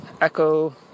echo